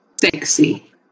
sexy